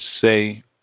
say